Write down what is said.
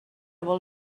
vol